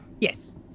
Yes